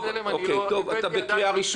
אתה בקריאה ראשונה.